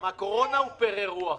גם הקורונה היא פר אירוע.